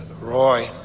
Roy